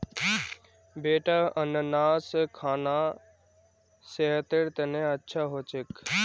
बेटा अनन्नास खाना सेहतेर तने अच्छा हो छेक